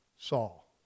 Saul